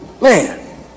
man